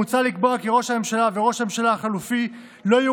מוצע לקבוע כי ראש הממשלה וראש הממשלה החלופי לא יהיו